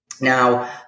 Now